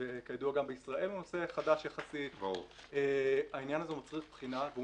וגם בישראל הוא נושא חדש יחסית מצריך בחינה.